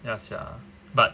ya sia but